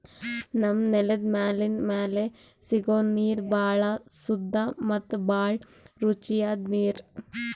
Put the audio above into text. ನಮ್ಮ್ ನೆಲದ್ ಮ್ಯಾಲಿಂದ್ ಮ್ಯಾಲೆ ಸಿಗೋ ನೀರ್ ಭಾಳ್ ಸುದ್ದ ಮತ್ತ್ ಭಾಳ್ ರುಚಿಯಾದ್ ನೀರ್